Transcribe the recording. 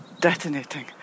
detonating